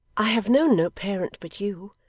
i have known no parent but you.